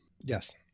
yes